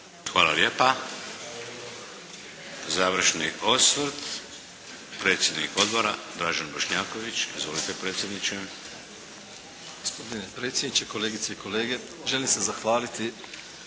Hvala lijepa. Završni osvrt, predsjednik Odbora, Dražen Bošnjaković. Izvolite predsjedniče. **Bošnjaković, Dražen (HDZ)** Gospodine predsjedniče, kolegice i kolege želim se zahvaliti